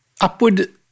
upward